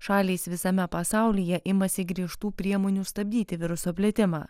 šalys visame pasaulyje imasi griežtų priemonių stabdyti viruso plitimą